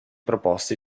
proposte